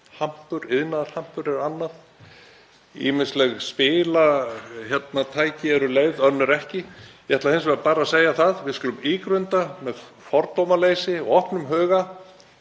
Hampur, iðnaðarhampur er annað. Ýmisleg spilatæki eru leyfð, önnur ekki. Ég ætla hins vegar bara segja það: Við skulum ígrunda með fordómaleysi og opnum huga